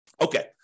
Okay